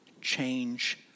change